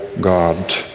God